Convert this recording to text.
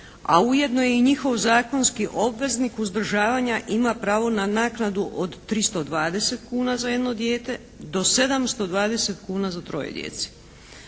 a ujedno je i njihov zakonski obveznik uzdržavanja ima pravo na naknadu od 320 kuna za jedno dijete do 720 kuna za troje djece.